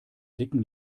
dicken